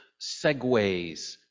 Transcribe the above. segues